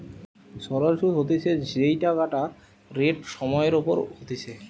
সরল সুধ হতিছে যেই টাকাটা রেট সময় এর ওপর হতিছে